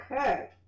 Okay